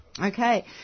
Okay